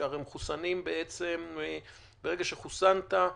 שהרי מחוסנים בעצם, ברגע שחוסנת,